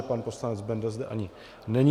Pan poslanec Benda zde ani není.